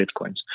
Bitcoins